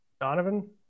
Donovan